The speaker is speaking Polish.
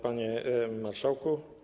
Panie Marszałku!